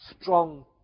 strong